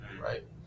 Right